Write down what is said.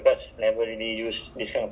smart home device ah